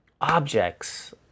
objects